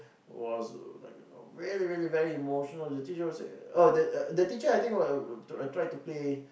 was like you know very very very emotional the teacher was oh the the teacher I think was trying to play